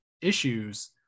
issues